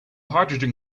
hydrogen